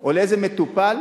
או לאיזה מטופל,